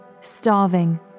starving